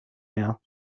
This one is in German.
mehr